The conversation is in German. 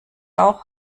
auch